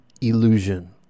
illusion